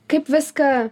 kaip viską